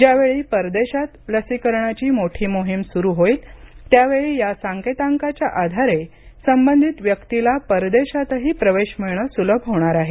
ज्यावेळी परदेशात लसीकरणाची मोठी मोहीम सुरु होईल त्यावेळी या सांकेतांकाच्या आधारे संबंधित व्यक्तीला परदेशातही प्रवेश मिळणे सुलभ होणार आहे